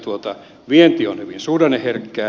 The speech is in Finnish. meidän vienti on hyvin suhdanneherkkää